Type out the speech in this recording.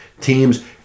Teams